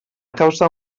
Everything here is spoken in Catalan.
causar